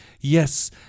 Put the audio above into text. Yes